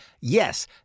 yes